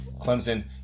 Clemson